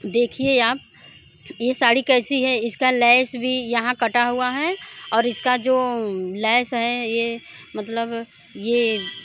देखिए आप ये साड़ी कैसी है इसका लैस भी यहाँ कटा हुआ है और इसका जो लैस है ये मतलब ये